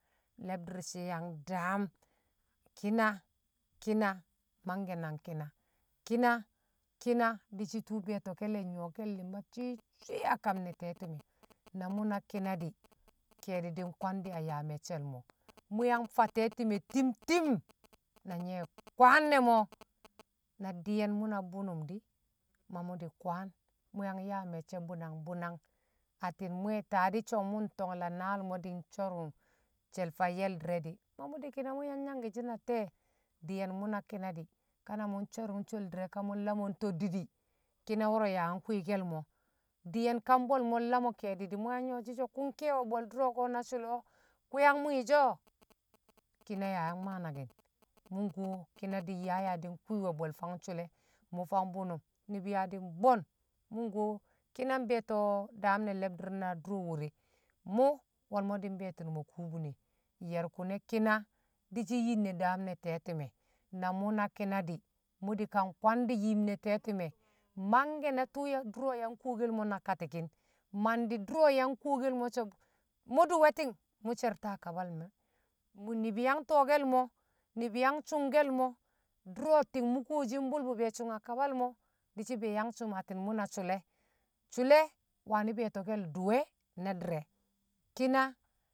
Le̱bdi̱r she̱ yang daam ki̱na ki̱na mangke̱ nang ki̱na, ki̱na, di̱shi tṵṵ be̱e̱to̱ke̱ le̱ nyo̱ke̱l li̱ma swi̱-swi̱ a kam ne̱ te̱tṵme̱, na mṵ na ki̱na di̱ kedi̱ di̱ nkwandi̱ a yaa me̱cce̱ mo̱ mṵ yang fa te̱be̱me̱ ti̱m ti̱m na nye̱ kwan ne mo̱, na di̱yen mṵ na bunum di ma mṵ di̱ kwan mu yang yaa me̱cce̱ bunang bunang atti̱n mwe̱ taadi̱ shon mṵ ntongla naalmo̱ di̱ nco̱rung she̱l fayyel di̱re̱ di̱ mamu di̱ ki̱na mṵ yang nyangki̱ shi na te̱e̱ di̱ye̱n mṵna ki̱na di̱ ka na mṵ nco̱rṵng shel di̱re ka mṵ lamo̱n toddi di̱ ki̱na wo̱ro̱ ya yang kwi̱ ke̱l mo̱, di̱ye̱n ka mbwe̱lmo nlamo ke̱e̱di̱ mṵ nyoshi so kun kewo bwe̱l dṵro̱ ko̱ na sṵle̱ o̱ kṵ yang mwi̱i̱ o̱ ki̱na yaa yang maa naki̱n mṵ nkuwo kina di̱ nyaa ya di̱ nkwi̱ we̱ bwe̱l fang sṵle̱ mṵ fang bṵnṵm ni̱bi̱ yaa di̱ nbo̱n mṵ nkuwo ki̱na mbe̱e̱to̱ daam ne̱ le̱bdi̱r na doro̱ we̱re mṵ wo̱lmo̱ di̱ mbe̱e̱ti̱nṵ mo̱ kubine, ye̱rkṵne̱ kina di̱shi̱ yin ne̱ daam ne̱ te̱ti̱me̱ na mṵ na kina di̱ mṵ di̱ kan kwandi̱ yi̱m ne̱ te̱ti̱me̱ mangle̱ na tṵṵ do̱ro̱ yang kokel mo̱ na kati̱ki̱n mandi̱ dṵro̱ yan kokel mo̱ so̱ mṵ di̱ we̱ tin mu sherta kabal me̱ ni̱bi̱ yang to̱o̱ ke̱l mo̱ yang sṵngke̱l, dṵro̱ ti̱ng mṵ koshi bṵlbṵ be̱ sṵng a kabal di̱shi̱ be̱ yang sṵngkin atti̱n mṵ na sṵle̱, su̱le̱ wani̱ be̱e̱to̱ke̱l dṵwe̱ na di̱re̱ kina